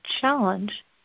challenge